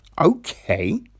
okay